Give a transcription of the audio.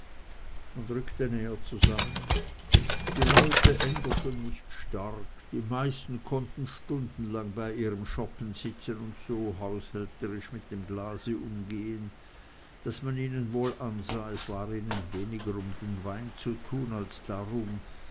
rückte näher zusammen die leute änderten nicht stark die meisten konnten stundenlang bei ihrem schoppen sitzen und so haushälterisch mit dem glase umgehen daß man ihnen wohl ansah es war ihnen weniger um den wein zu tun als darum